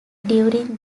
during